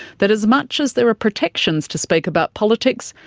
that as much as there are protections to speak about politics,